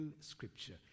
scripture